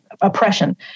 oppression